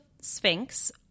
Sphinx